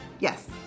Yes